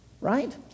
Right